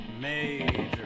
Major